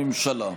בממשלה.